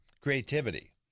creativity